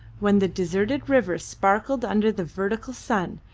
when the deserted river sparkled under the vertical sun,